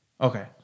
Okay